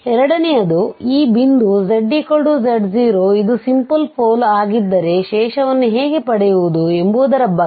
ಎರಡನೆಯದು ಈ ಬಿಂದು zz0 ಇದು ಸಿಂಪಲ್ ಪೋಲ್ ಆಗಿದ್ದರೆ ಶೇಷವನ್ನು ಹೇಗೆ ಪಡೆಯುವುದು ಎಂಬುದರ ಬಗ್ಗೆ